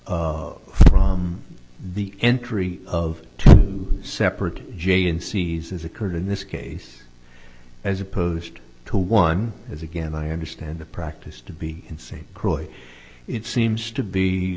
arise from the entry of two separate jagan seizes occurred in this case as opposed to one as again i understand the practice to be in st croix it seems to be